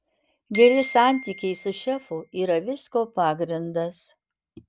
geri santykiai su šefu yra visko pagrindas